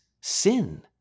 sin